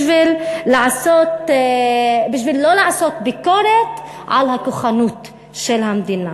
בשביל לא לעשות ביקורת על הכוחנות של המדינה.